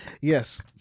yes